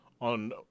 on